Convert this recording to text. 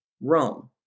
Rome